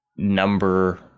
number